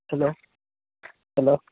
hello hello